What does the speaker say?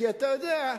כי אתה יודע,